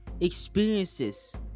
experiences